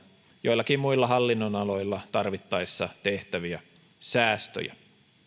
joillakin muilla hallinnonaloilla tarvittaessa tehtäviä säästöjä